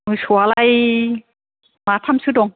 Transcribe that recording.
मोसौवालाय माथामसो दं